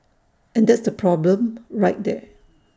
and that's the problem right there